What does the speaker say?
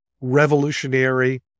revolutionary